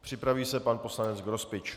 Připraví se pan poslanec Grospič.